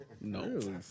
No